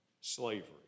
slavery